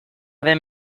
den